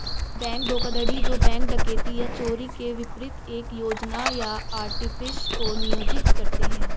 bank धोखाधड़ी जो bank डकैती या चोरी के विपरीत एक योजना या आर्टिफिस को नियोजित करते हैं